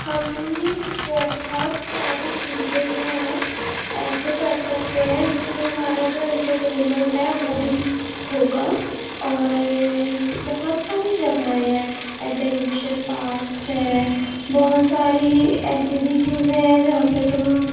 ہم بہت ساری چیزیں جو ہیں ایسے کر سکتے ہیں جس سے ہمارا جو ہے انٹرٹینمنٹ ہے وہ بھی ہوگا اور بہت ساری جگہیں ہیں ایڈونچر پارکس ہیں بہت ساری ایسی بھی چیزیں ہیں جہاں پہ تم